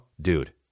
Dude